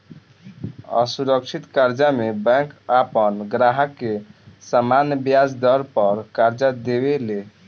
असुरक्षित कर्जा में बैंक आपन ग्राहक के सामान्य ब्याज दर पर कर्जा देवे ले